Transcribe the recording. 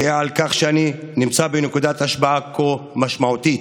אני גאה על כך שאני נמצא בנקודת השפעה כה משמעותית